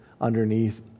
underneath